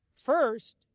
first